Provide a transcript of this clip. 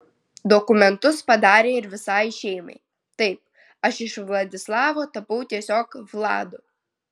dokumentus padarė ir visai šeimai taip aš iš vladislavo tapau tiesiog vladu